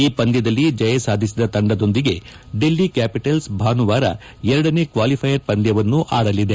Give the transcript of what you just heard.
ಈ ಪಂದ್ಯದಲ್ಲಿ ಜಯ ಸಾಧಿಸಿದ ತಂಡದೊಂದಿಗೆ ಡೆಲ್ಲಿ ಕ್ನಾಪಿಟಲ್ಲ್ ಭಾನುವಾರ ಎರಡನೇ ಕ್ನಾಲಿಫ್ಲೆಯರ್ ಪಂದ್ಯವನ್ನು ಆಡಲಿದೆ